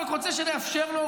הוא רק רוצה שנאפשר לו,